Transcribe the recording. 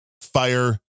fire